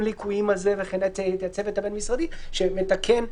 ליקויים ואת הצוות הבין-משרדי שמתקן,